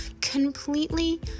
completely